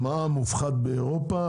המע"מ המופחת באירופה,